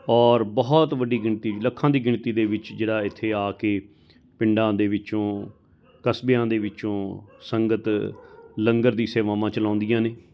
ਔਰ ਬਹੁਤ ਵੱਡੀ ਗਿਣਤੀ 'ਚ ਲੱਖਾਂ ਦੀ ਗਿਣਤੀ ਦੇ ਵਿੱਚ ਜਿਹੜਾ ਇੱਥੇ ਆ ਕੇ ਪਿੰਡਾਂ ਦੇ ਵਿੱਚੋਂ ਕਸਬਿਆਂ ਦੇ ਵਿੱਚੋਂ ਸੰਗਤ ਲੰਗਰ ਦੀ ਸੇਵਾਵਾਂ ਚਲਾਉਂਦੀਆਂ ਨੇ